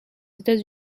états